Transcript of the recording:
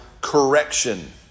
correction